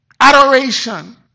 adoration